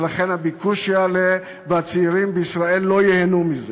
ולכן הביקוש יעלה והצעירים בישראל לא ייהנו מזה.